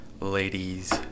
ladies